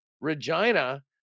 Regina